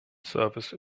service